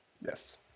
Yes